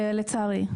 לצערי.